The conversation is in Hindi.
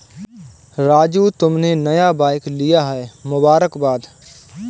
राजू तुमने नया बाइक लिया है मुबारकबाद